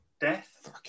death